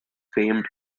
famed